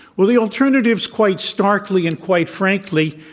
well, the alternatives, quite starkly and quite frankly,